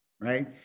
right